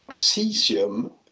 cesium